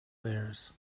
theirs